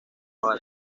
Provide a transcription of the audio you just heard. naval